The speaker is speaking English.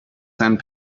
sand